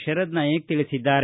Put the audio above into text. ಶರದ್ ನಾಯಕ ತಿಳಿಸಿದ್ದಾರೆ